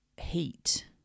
heat